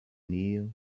kneel